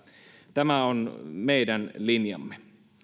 tämä on meidän linjamme